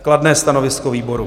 Kladné stanovisko výboru.